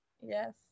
yes